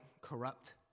corrupt